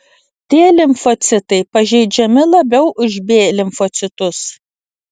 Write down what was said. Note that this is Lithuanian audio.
t limfocitai pažeidžiami labiau už b limfocitus